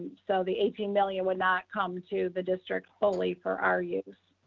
so the eighteen million would not come to the district fully for our use.